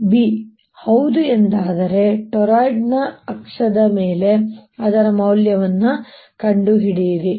ಮತ್ತು b ಹೌದು ಎಂದಾದರೆ ಟೊರಾಯ್ಡ್ನ ಅಕ್ಷದ ಮೇಲೆ ಅದರ ಮೌಲ್ಯವನ್ನು ಕಂಡುಹಿಡಿಯಿರಿ